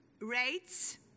rates